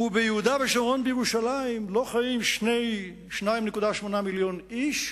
וביהודה ושומרון ובירושלים לא חיים 2.8 מיליוני איש,